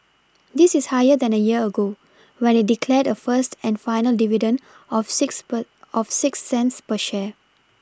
this is higher than a year ago when it declared a first and final dividend of six per of six cents per share